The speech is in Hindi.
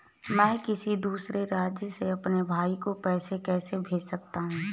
मैं किसी दूसरे राज्य से अपने भाई को पैसे कैसे भेज सकता हूं?